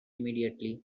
immediately